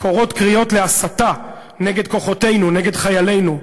קורא קריאות להסתה נגד כוחותינו, נגד חיילינו,